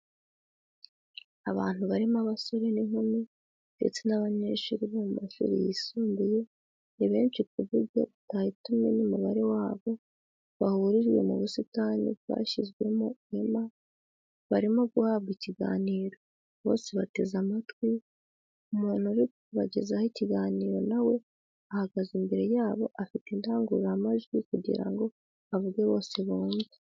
Abantu barimo abasore n'inkumi ndetse n'abanyeshuri bo mu mashuri yisumbuye ni benshi ku buryo utahita umenya umubare wabo, bahurijwe mu busitani bwashyizwemo ihema ,barimo guhabwa ikiganiro , bose bateze amatwi umuntu uri kubagezaho ikiganiro nawe ahagaze imbere yabo afite indangururamajwi kugirango avuge bose bumve.